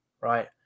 Right